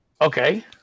Okay